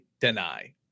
deny